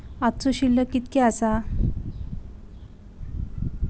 आजचो शिल्लक कीतक्या आसा?